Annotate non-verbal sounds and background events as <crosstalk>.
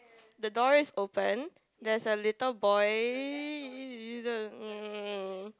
the door is open there's a little boy <noise>